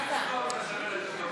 אתה לא מאחר לתוכנית הבוקר?